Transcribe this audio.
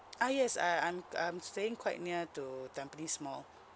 ah yes I I'm I'm staying quite near to tampines mall